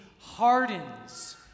hardens